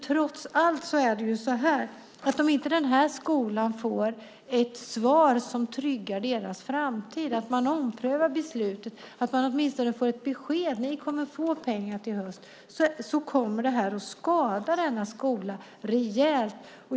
Trots allt är det så här att om inte den här skolan får ett svar som tryggar dess framtid - att beslutet omprövas eller att man åtminstone får ett besked om att man kommer att få pengar till hösten - så kommer det här att skada denna skola rejält.